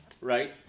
Right